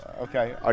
okay